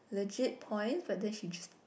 legit points but then she just